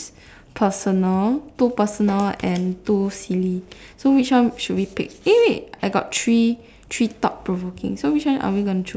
personal two personal and two silly so which one should we pick eh wait I got three three thought provoking so which one are we gonna choose